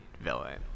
villain